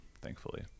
thankfully